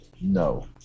No